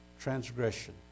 transgression